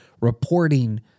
reporting